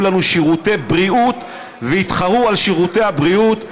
לנו שירותי בריאות ויתחרו על שירותי הבריאות,